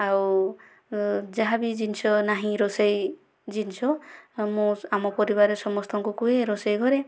ଆଉ ଯାହା ବି ଜିନିଷ ନାହିଁ ରୋଷେଇ ଜିନିଷ ମୁଁ ଆମ ପରିବାରରେ ସମସ୍ତଙ୍କୁ କୁହେ ରୋଷେଇ ଘରେ